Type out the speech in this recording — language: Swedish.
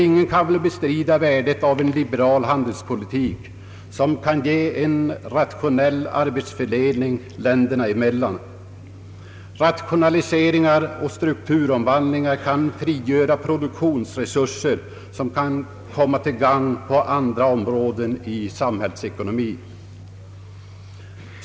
Ingen torde kunna bestrida värdet av en liberal handelspolitik, som kan ge en rationall arbetsfördelning länderna emellan. Rationaliseringar och strukturomvandlingar kan frigöra produktionsresurser som kan komma att gagna andra områden i samhällsekonomin.